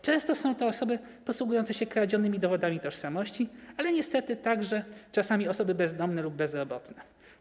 Często są to osoby posługujące się kradzionymi dowodami tożsamości, ale niestety także czasami osoby bezdomne lub bezrobotne.